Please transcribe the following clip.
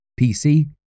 PC